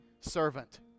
servant